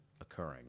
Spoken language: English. occurring